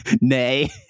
Nay